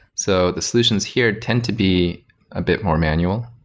so, the solutions here tend to be a bit more manual.